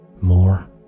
more